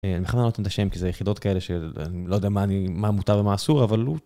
אני בכוונה לא נותן את השם כי זה יחידות כאלה של לא יודע מה מותר ומה אסור, אבל הוא...